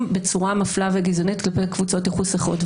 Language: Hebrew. בצורה מפלה וגזענית כלפי קבוצות ייחוס אחרות.